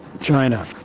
China